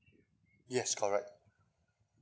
yes correct